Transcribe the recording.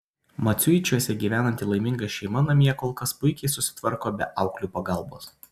maciuičiuose gyvenanti laiminga šeima namie kol kas puikiai susitvarko be auklių pagalbos